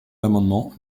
amendement